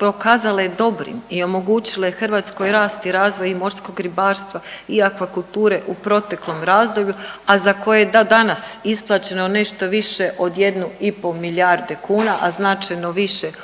pokazale dobrim i omogućile Hrvatskoj rast i razvoj i morskog ribarstva i akvakulture u proteklom razdoblju, a za koje je do danas isplaćeno nešto više od 1,5 milijarde kuna, a značajno više ugovoreno